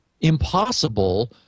impossible